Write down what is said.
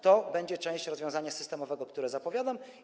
To będzie część rozwiązania systemowego, które zapowiadam.